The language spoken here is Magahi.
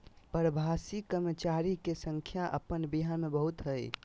प्रवासी कर्मचारी के संख्या अपन बिहार में बहुत हइ